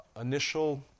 initial